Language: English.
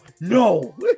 No